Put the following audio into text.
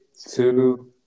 two